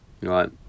right